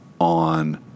on